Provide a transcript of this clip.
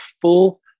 full